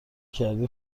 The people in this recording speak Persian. کردی